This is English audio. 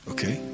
Okay